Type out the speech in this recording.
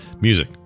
Music